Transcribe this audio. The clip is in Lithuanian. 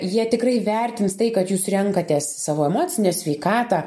jie tikrai vertins tai kad jūs renkatės savo emocinę sveikatą